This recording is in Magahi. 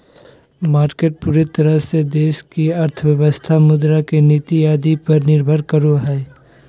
मार्केट पूरे तरह से देश की अर्थव्यवस्था मुद्रा के नीति आदि पर निर्भर करो हइ